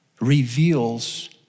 reveals